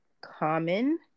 common